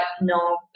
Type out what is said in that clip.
no